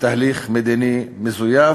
תהליך מדיני מזויף.